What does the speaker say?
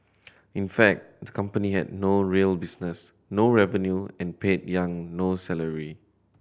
in fact the company had no real business no revenue and paid Yang no salary